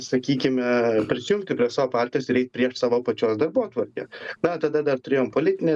sakykime prisijungti prie savo partijos ir eit prieš savo pačios darbotvarkę na tada dar turėjom politinę